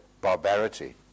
barbarity